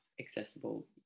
accessible